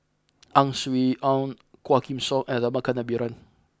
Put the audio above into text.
Ang Swee Aun Quah Kim Song and Rama Kannabiran